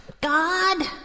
God